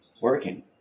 Working